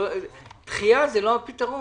אבל דחייה זה לא הפתרון.